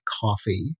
coffee